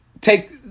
take